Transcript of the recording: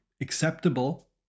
acceptable